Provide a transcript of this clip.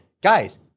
guys